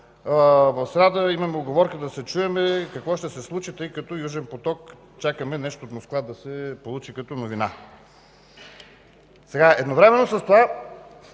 „В сряда имаме уговорка да се чуем какво да се случи, тъй като по „Южен поток” чакаме нещо от Москва да се получи като новина“. Едновременно с това